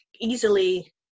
easily